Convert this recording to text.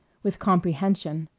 with comprehension.